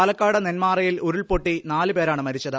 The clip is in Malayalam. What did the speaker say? പാലക്കാട് നെന്മാറയിൽ ഉരുൾപൊട്ടി നാല് പേരാണ് മരിച്ചത്